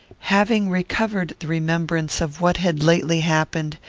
having recovered the remembrance of what had lately happened,